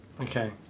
Okay